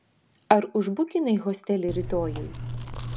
ar užbukinai hostelį rytojui